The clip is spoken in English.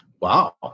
Wow